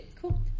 Cool